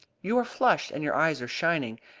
you are flushed, and your eyes are shining,